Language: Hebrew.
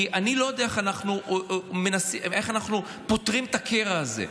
כי אני לא יודע איך אנחנו פותרים את הקרע הזה.